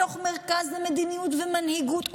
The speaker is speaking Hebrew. בתוך מרכז מדיניות ומנהיגות.